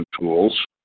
tools